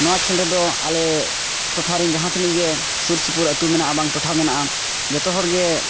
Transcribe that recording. ᱱᱚᱣᱟ ᱠᱷᱮᱹᱞ ᱨᱮᱫᱚ ᱟᱞᱮ ᱴᱚᱴᱷᱟ ᱨᱮᱱ ᱡᱟᱦᱟᱸ ᱛᱤᱱᱟᱹᱜ ᱜᱮ ᱥᱩᱨᱼᱥᱩᱯᱩᱨ ᱟᱹᱛᱩ ᱢᱮᱱᱟᱜᱼᱟ ᱵᱟᱝ ᱴᱚᱴᱷᱟ ᱢᱮᱱᱟᱜᱼᱟ ᱡᱚᱛᱚ ᱦᱚᱲᱜᱮ